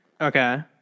Okay